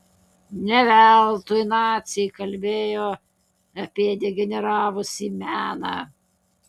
ne veltui naciai kalbėjo apie degeneravusį meną